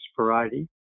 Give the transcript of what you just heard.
variety